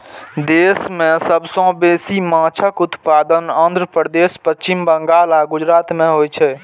देश मे सबसं बेसी माछक उत्पादन आंध्र प्रदेश, पश्चिम बंगाल आ गुजरात मे होइ छै